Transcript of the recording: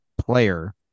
player